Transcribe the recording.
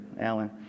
Alan